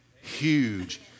huge